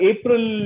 April